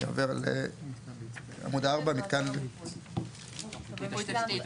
אני עובר לעמוד 4. מיפוי תשתית.